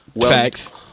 Facts